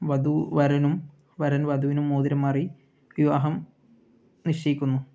വധു വരനും വരൻ വധുവിനും മോതിരം മാറി വിവാഹം നിശ്ചയിക്കുന്നു